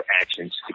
actions